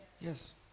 Yes